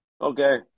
Okay